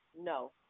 no